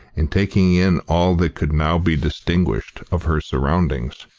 and taking in all that could now be distinguished of her surroundings,